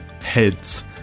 heads